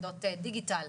יחידות דיגיטל,